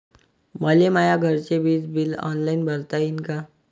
मले माया घरचे विज बिल ऑनलाईन भरता येईन का?